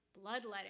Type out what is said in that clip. bloodletting